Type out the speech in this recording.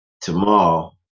tomorrow